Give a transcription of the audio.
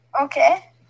Okay